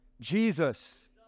Jesus